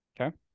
Okay